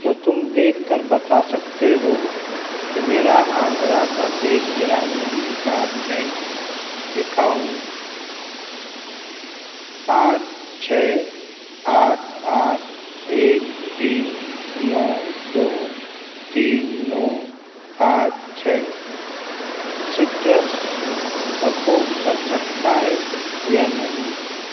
کیا تم دیکھ کر بتا سکتے ہو کہ میرا آندھرا پردیش گرامین وکاس بینک اکاونٹ پانچ چھ آٹھ آٹھ ایک تین نو دو تین نو پانچ چھ سٹرس سپورٹ کر سکتا ہے یا نہیں